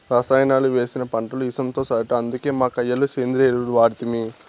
రసాయనాలు వేసిన పంటలు ఇసంతో సరట అందుకే మా కయ్య లో సేంద్రియ ఎరువులు వాడితిమి